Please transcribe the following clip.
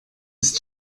ist